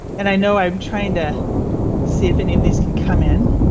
and i know i'm trying to see if any of these can come in.